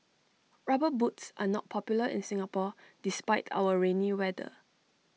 rubber boots are not popular in Singapore despite our rainy weather